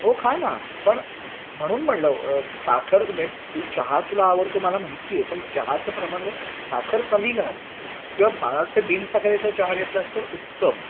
हो खा ना पण म्हणून म्हणलं साखर म्हणजे तू चहा तुला आवडतो मला माहिती आहे पण चहाचं प्रमाणात साखर कमी घाल किंवा मला वाटतं बिन साखरेचा चहा घेतलास तर उत्तम